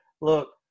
look